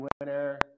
winner